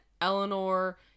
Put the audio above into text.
eleanor